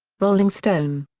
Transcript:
rolling stone.